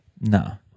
No